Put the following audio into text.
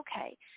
okay